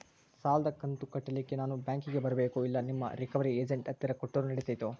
ಸಾಲದು ಕಂತ ಕಟ್ಟಲಿಕ್ಕೆ ನಾನ ಬ್ಯಾಂಕಿಗೆ ಬರಬೇಕೋ, ಇಲ್ಲ ನಿಮ್ಮ ರಿಕವರಿ ಏಜೆಂಟ್ ಹತ್ತಿರ ಕೊಟ್ಟರು ನಡಿತೆತೋ?